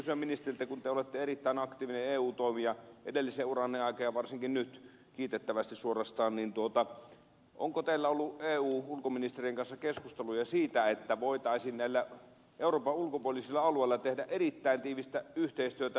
kun te olette ollut erittäin aktiivinen eu toimija edellisen uranne aikaan ja varsinkin nyt kiitettävästi suorastaan niin onko teillä ollut eu ulkoministerien kanssa keskusteluja siitä että voitaisiin näillä euroopan ulkopuolisilla alueilla tehdä erittäin tiivistä yhteistyötä